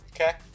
Okay